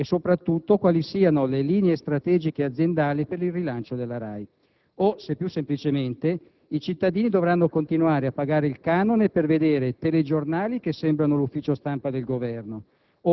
e soprattutto quali siano le linee strategiche aziendali per il rilancio della RAI, o se più semplicemente i cittadini dovranno continuare a pagare il canone per vedere telegiornali che sembrano l'ufficio stampa del Governo